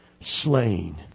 slain